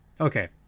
Okay